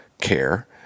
care